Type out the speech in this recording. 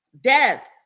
Death